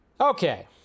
Okay